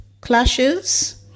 clashes